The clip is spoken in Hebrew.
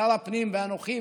שר הפנים ואנוכי,